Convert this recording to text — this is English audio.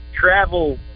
travel